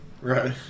right